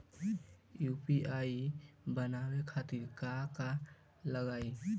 UPI बनावे खातिर का का लगाई?